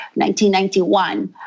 1991